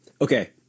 Okay